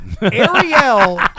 ariel